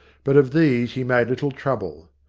but of these he made little trouble.